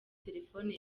telefoni